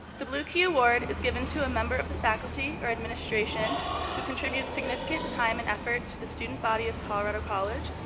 the blue key award is given to a member of the faculty or administration who contributes significant time and effort to the student body of colorado college,